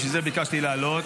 ובשביל זה ביקשתי לעלות,